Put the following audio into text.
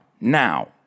Now